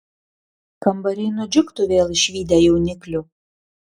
kambariai nudžiugtų vėl išvydę jauniklių